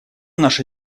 наша